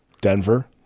Denver